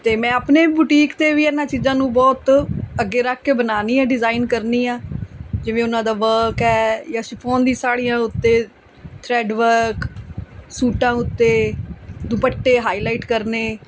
ਅਤੇ ਮੈਂ ਆਪਣੇ ਬੁਟੀਕ 'ਤੇ ਵੀ ਇਹਨਾਂ ਚੀਜ਼ਾਂ ਨੂੰ ਬਹੁਤ ਅੱਗੇ ਰੱਖ ਕੇ ਬਣਾਉਂਦੀ ਡਿਜ਼ਾਇਨ ਕਰਦੀ ਹਾ ਜਿਵੇਂ ਉਹਨਾਂ ਦਾ ਵਰਕ ਹੈ ਜਾਂ ਸ਼ਿਫੋਨ ਦੀ ਸਾੜੀਆਂ ਉੱਤੇ ਥਰੈਡ ਵਰਕ ਸੂਟਾਂ ਉੱਤੇ ਦੁਪੱਟੇ ਹਾਈਲਾਈਟ ਕਰਨੇ